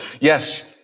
yes